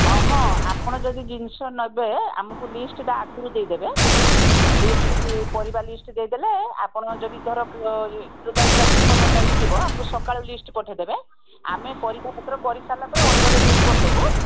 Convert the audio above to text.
ଆଉ ହଁ ଆପଣ ଯଦି ଜିନିଷ ନେବେ ଆମକୁ ଲିଷ୍ଟଟା ଆଗରୁ ଦେଇ ଦେବେ ଲିଷ୍ଟରେ ପରିବା ଲିଷ୍ଟ ଦେଇ ଦେଲେ ଆପଣଙ୍କ ଯଦି ଧର ଦଶ ତାରିଖ ପନ୍ଦର ତାରିଖ ଥିବ ଆମକୁ ସକାଳେ ଲିଷ୍ଟ ପଠାଇଦେବେ ଆମେ ପରିବାପତ୍ର କରିସାରିଲା ପରେ ଅଟୋରେ ଲୋଡ଼୍ କରିଦେବୁ